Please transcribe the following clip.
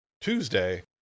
Tuesday